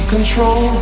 control